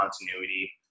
continuity